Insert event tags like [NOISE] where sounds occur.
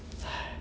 [NOISE]